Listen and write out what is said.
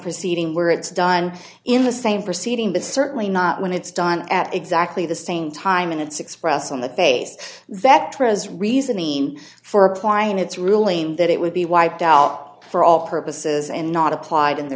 proceeding where it's done in the same proceeding but certainly not when it's done at exactly the same time and it's expressed on the basis that pres reasoning for applying its ruling that it would be wiped out for all purposes and not applied in the